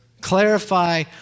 Clarify